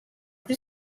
kuri